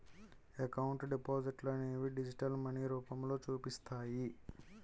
account డిపాజిట్లనేవి digital money రూపంలో చూపిస్తాయి